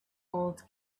old